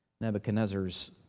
Nebuchadnezzar's